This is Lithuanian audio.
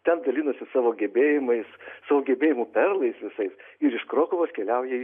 ten dalinasi savo gebėjimais savo gebėjimų perlais visais ir iš krokuvos keliauja į